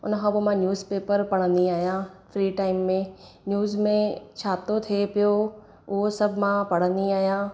उन खां पोइ मां न्यूज़ पेपर पढ़ंदी आहियां फ्री टाइम में न्यूज़ में छा थो थिए पियो उहो सभु मां पढ़ंदी आहियां